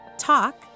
talk